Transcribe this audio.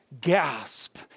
gasp